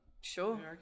Sure